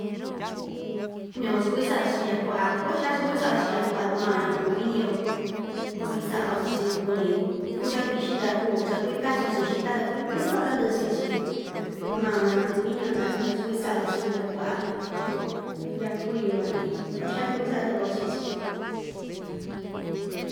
yukuan kuvi cha‑kuvi sa'a‑yo chi'in ya'a kua'a kua'á xan cha‑kuvi sa'a‑yo chi'in ya'a kua'a tu maa nduku iñi‑yo kuvi sa'a‑yo chii‑chi kuvi kuu chavixi ta kuu cha‑kuvi kachi‑yo chi'in xita ta kuvi kuu sava'a‑yo tandɨ'ɨ chi'in‑chi tu ma‑yo na nanduku iñi‑yo ta yukuan kuvi cha‑kuvi sa'a‑yo chi'in ya'a kua'a ya'a kuii van tyi kuaxan cha‑kuvi sa'a tuku‑yo chi'in‑chi.